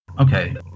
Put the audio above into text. okay